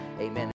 amen